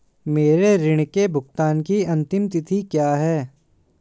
मेरे ऋण के भुगतान की अंतिम तिथि क्या है?